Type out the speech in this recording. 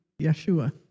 Yeshua